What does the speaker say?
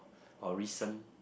or recent